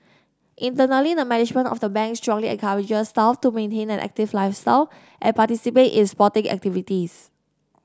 internally the management of the Bank strongly encourages staff to maintain an active lifestyle and participate in sporting activities